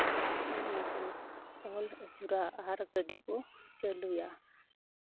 ᱚᱱᱟᱠᱚ ᱟᱹᱪᱩᱨᱟ ᱟᱨ ᱜᱟᱹᱰᱤ ᱠᱚ ᱪᱟᱹᱞᱩᱭᱟ